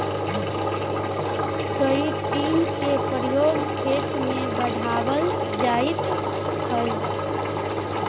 chitin के प्रयोग खेत में बढ़ावल जाइत हई